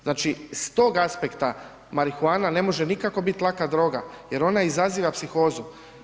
Znači, s tog aspekta marihuana ne može nikako bit laka droga jer ona izaziva psihozu.